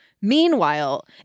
meanwhile